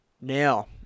Now